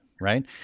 Right